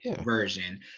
version